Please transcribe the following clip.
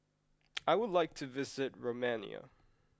I would like to visit Romania